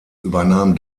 übernahm